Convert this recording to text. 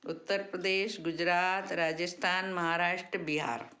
Uttar Pradesh Gujarat Rajasthan Maharashtra Bihar